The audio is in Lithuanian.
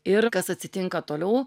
ir kas atsitinka toliau